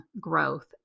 growth